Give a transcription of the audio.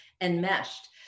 enmeshed